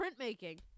printmaking